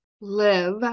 live